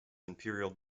imperial